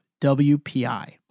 WPI